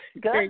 Good